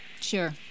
Sure